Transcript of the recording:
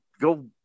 go